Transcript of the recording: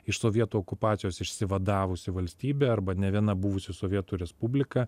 iš sovietų okupacijos išsivadavusi valstybė arba nė viena buvusi sovietų respublika